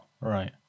Right